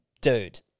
dude